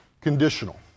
conditional